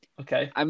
Okay